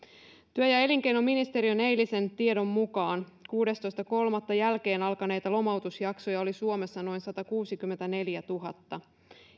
työ ja elinkeinoministeriön eilisen tiedon mukaan kuudestoista kolmatta jälkeen alkaneita lomautusjaksoja oli suomessa noin satakuusikymmentäneljätuhatta